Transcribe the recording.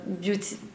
beauty